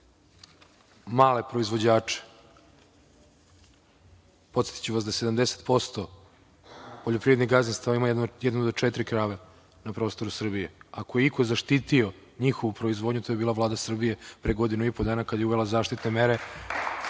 male proizvođače, podsetiću vas da 70% poljoprivrednih gazdinstava ima jednu do četiri krave na prostoru Srbije. Ako je i ko zaštitio njihovu proizvodnju, to je bila Vlada Srbije, pre godinu i po dana, kada je uvela zaštitne mere